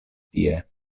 tie